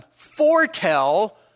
foretell